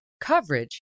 coverage